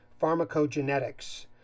pharmacogenetics